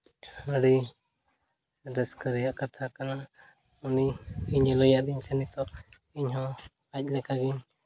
ᱟᱹᱰᱤ ᱨᱟᱹᱥᱠᱟᱹ ᱨᱮᱭᱟᱜ ᱠᱟᱛᱷᱟ ᱠᱟᱱᱟ ᱩᱱᱤ ᱤᱧᱮ ᱞᱟᱹᱭ ᱟᱹᱫᱤᱧ ᱛᱟᱦᱮᱱ ᱱᱤᱛᱚᱜ ᱤᱧᱦᱚᱸ ᱟᱡ ᱞᱮᱠᱟᱜᱮ